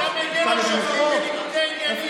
אתם לא עושים כלום.